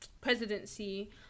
presidency